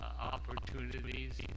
opportunities